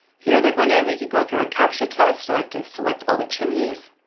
here they're going to and make you go through a captcha test. so i have to select all the chimneys.